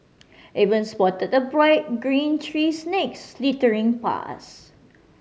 even spotted a bright green tree snake slithering past